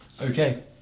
Okay